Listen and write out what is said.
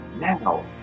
now